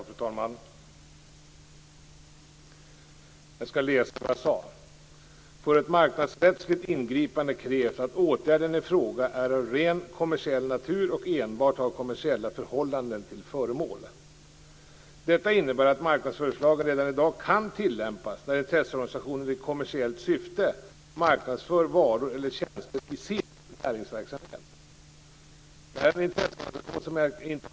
Fru talman! Jag skall läsa vad jag sade: "För ett marknadsrättsligt ingripande krävs att åtgärden i fråga är av rent kommersiell natur och enbart har kommersiella förhållanden till föremål. Detta innebär att marknadsföringslagen redan i dag kan tillämpas när intresseorganisationer i kommersiellt syfte marknadsför varor eller tjänster i sin näringsverksamhet."